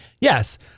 yes